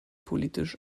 politisch